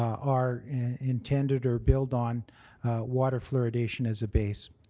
are intended or built on water fluoridation as a base.